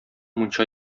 мунча